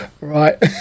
Right